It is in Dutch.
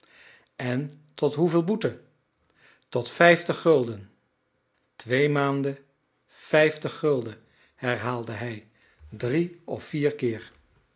en tot hoeveel boete tot vijftig gulden twee maanden vijftig gulden herhaalde hij drie of vier keer